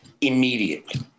immediately